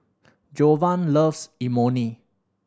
Jovan loves Imoni